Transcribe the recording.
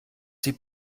sie